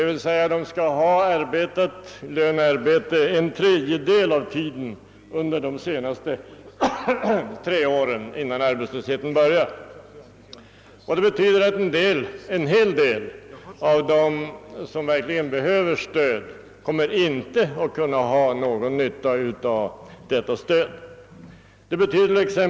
Detta betyder att en hel del av de människor som verkligen behöver stöd inte kommer att ha någon nytta av förslaget.